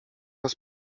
raz